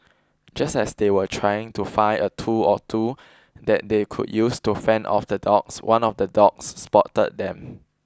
just as they were trying to find a tool or two that they could use to fend off the dogs one of the dogs spotted them